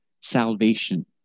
salvation